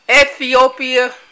Ethiopia